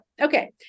Okay